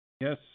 Yes